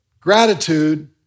Gratitude